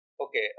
okay